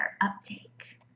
uptake